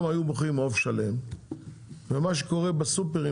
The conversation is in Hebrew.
היו מוכרים עוף שלם ומה שקורה בסופרים,